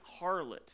harlot